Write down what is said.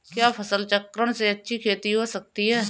क्या फसल चक्रण से अच्छी खेती हो सकती है?